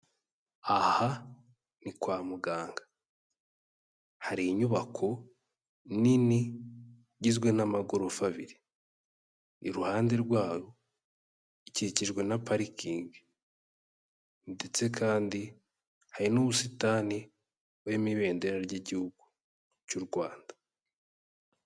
Aha ni kwa muganga, hari inyubako nini igizwe n'amagorofa abiri, iruhande rwayo ikikijwe na parikingi ndetse kandi hari n'ubusitani burimo ibendera ry'igihugu cy'u Rwanda.